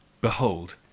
Behold